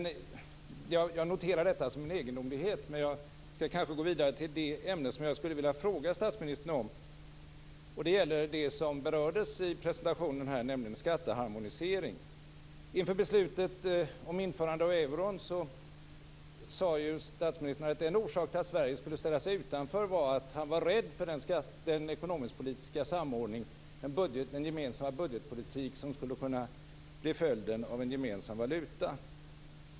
Jag noterar detta som en egendomlighet men skall gå vidare till det ämne som jag skulle vilja fråga statsministern om. Det gäller det som berördes i presentationen här, nämligen skatteharmonisering. Inför beslutet om införandet av euron sade statsministern att en orsak till att Sverige skulle ställa sig utanför var att han var rädd för den ekonomiskpolitiska samordning och den gemensamma budgetpolitik som skulle kunna bli följden av en gemensam valuta.